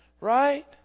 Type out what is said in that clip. right